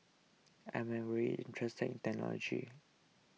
I'm very interested in technology